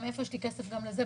מאיפה יש לי כסף גם לזה?